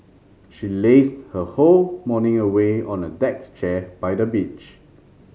she lazed her whole morning away on a deck chair by the beach